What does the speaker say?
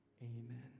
amen